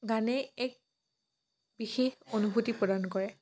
গানে এক বিশেষ অনুভূতি প্ৰদান কৰে